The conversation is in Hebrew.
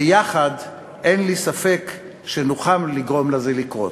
ביחד, אין לי ספק שנוכל לגרום לזה לקרות.